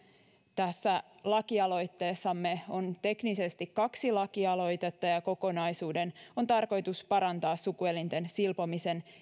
tässä lakialoitteessamme on teknisesti kaksi lakialoitetta ja ja kokonaisuuden on tarkoitus parantaa sukuelinten silpomisen